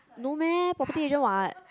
no meh property agent what